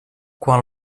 quan